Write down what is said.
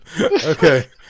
Okay